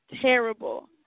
terrible